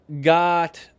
got